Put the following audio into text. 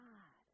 God